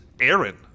Aaron